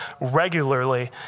regularly